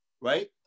right